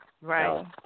Right